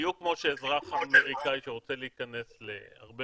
בדיוק כמו שאזרח אמריקאי שרוצה להיכנס להרבה